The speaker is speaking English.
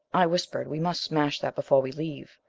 i whispered, we must smash that before we leave!